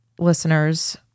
listeners